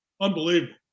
Unbelievable